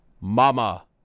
Mama